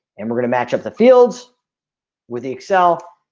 and we're gonna match up the fields with the excel